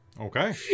Okay